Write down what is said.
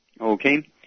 Okay